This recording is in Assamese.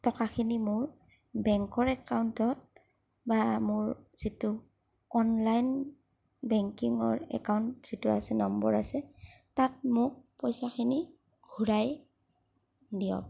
টকাখিনি মোৰ বেংকৰ একাউণ্টত বা মোৰ যিটো অনলাইন বেংকিঙৰ একাউণ্ট যিটো আছে নম্বৰ আছে তাত মোক পইচাখিনি ঘূৰাই দিয়ক